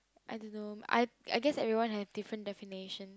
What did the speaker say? I don't know I I guess everyone have a different definition